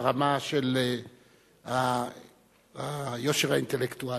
ברמה של היושר האינטלקטואלי.